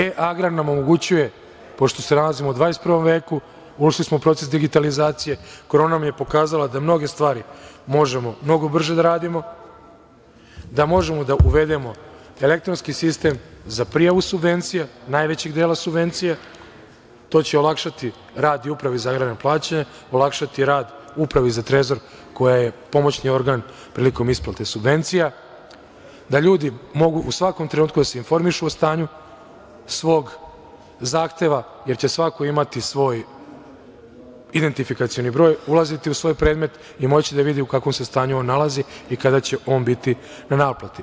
E agrar nam omogućava, pošto se nalazimo u 21. veku, ušli smo u proces digitalizacije, korona nam je pokazala da mnoge stvari možemo mnogo brže da radimo, da možemo da uvedemo elektronski sistem za prijavu subvencija, najvećeg dela subvencija, to će olakšati i rad Upravi za agrarna plaćanja, olakšati rad Upravi za Trezor koja je pomoćni organ prilikom isplate subvencija, da ljudi mogu u svakom trenutku da se informišu o stanju svog zahteva jer će svako imati svoj identifikacioni broj, ulaziti u svoj predmet i moći da vidi u kakvom se stanju on nalazi i kada će biti na naplati.